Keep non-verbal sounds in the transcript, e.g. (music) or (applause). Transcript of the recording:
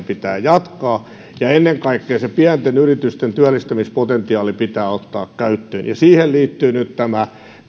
(unintelligible) pitää jatkaa ennen kaikkea pienten yritysten työllistämispotentiaali pitää ottaa käyttöön siihen liittyy tämä